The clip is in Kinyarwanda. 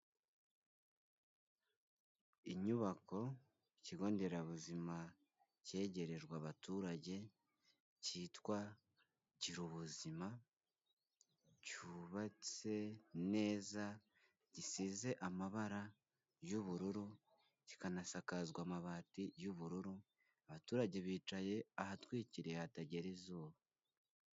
Inyubako, ikigo nderabuzima cyegerejwe abaturage cyitwa Gira ubuzima cyubatse neza, gisize amabara y'ubururu, kikanasakazwa amabati y'ubururu, abaturage bicaye ahatwikiriye hatagera izuba.